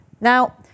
now